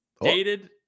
dated